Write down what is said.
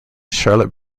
charlotte